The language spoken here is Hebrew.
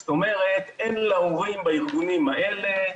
זאת אומרת, אין להורים בארגונים האלה